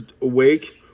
awake